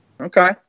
Okay